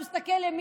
הוא מסתכל ימינה,